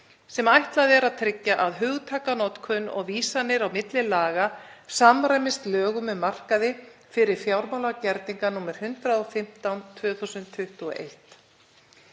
sem ætlað er að tryggja að hugtakanotkun og vísanir á milli laga samræmist lögum um markaði fyrir fjármálagerninga, nr. 115/2021.